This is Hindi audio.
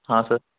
हाँ सर